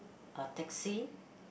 or taxi